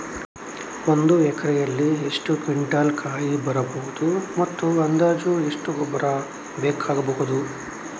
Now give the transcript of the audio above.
ಒಂದು ಎಕರೆಯಲ್ಲಿ ಎಷ್ಟು ಕ್ವಿಂಟಾಲ್ ಕಾಯಿ ಬರಬಹುದು ಮತ್ತು ಅಂದಾಜು ಎಷ್ಟು ಗೊಬ್ಬರ ಬೇಕಾಗಬಹುದು?